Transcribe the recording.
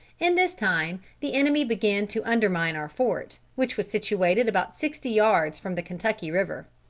in this time the enemy began to undermine our fort, which was situated about sixty yards from the kentucky river.